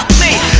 me